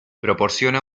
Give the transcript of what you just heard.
proporciona